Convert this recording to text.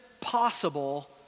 possible